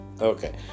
Okay